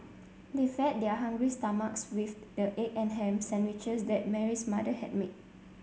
they fed their hungry stomachs with the egg and ham sandwiches that Mary's mother had made